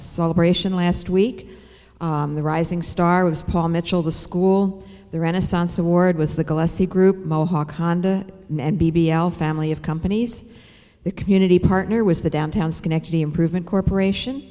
celebration last week the rising star was paul mitchell the school the renaissance award was the gillespie group mohawk honda and b b l family of companies the community partner was the downtown schenectady improvement corporation